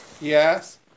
Yes